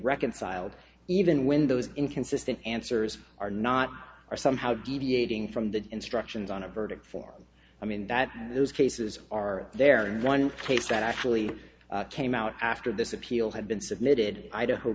reconciled even when those inconsistent answers are not or somehow deviating from the instructions on a verdict form i mean that those cases are there in one case that actually came out after this appeal had been submitted idaho